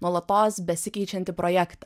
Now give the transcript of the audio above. nuolatos besikeičiantį projektą